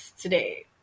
today